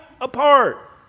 apart